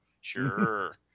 Sure